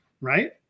right